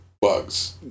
Bugs